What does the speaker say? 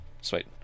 Sweet